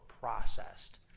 processed